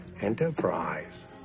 Enterprise